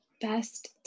best